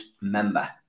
member